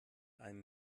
einem